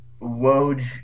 Woj